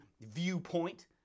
viewpoint